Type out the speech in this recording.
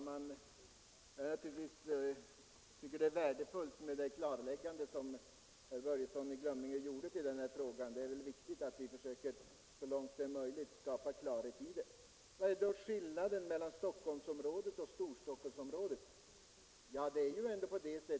Herr talman! Jag tycker att det klarläggande som herr Börjesson i Glömminge gjorde i denna fråga var värdefullt. Det är viktigt att vi så långt det är möjligt försöker skapa klarhet om vad som avses. Vad är då skillnaden mellan Stockholmsområdet och Storstockholmsområdet, frågade herr Wååg.